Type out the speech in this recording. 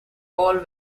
paul